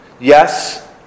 Yes